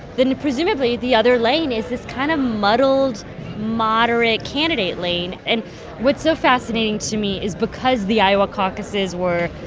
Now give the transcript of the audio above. then presumably, the other lane is this kind of muddled moderate candidate lane. and what's so fascinating to me is because the iowa caucuses were,